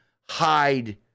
hide